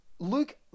Luke